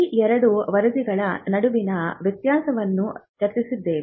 ಈ 2 ವರದಿಗಳ ನಡುವಿನ ವ್ಯತ್ಯಾಸವನ್ನು ಚರ್ಚಿಸಿದ್ದೇವೆ